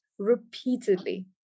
repeatedly